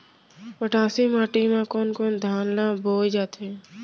मटासी माटी मा कोन कोन धान ला बोये जाथे?